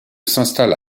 s’installe